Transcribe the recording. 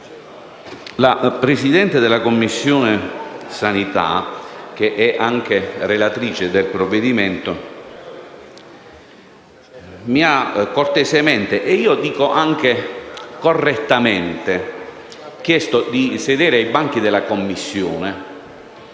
la Presidente della Commissione igiene e sanità, che è anche relatrice del provvedimento, mi ha cortesemente - e anche correttamente - chiesto di sedere ai banchi della Commissione.